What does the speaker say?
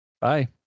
Bye